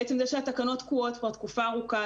בעצם זה שהתקנות תקועות כבר תקופה ארוכה,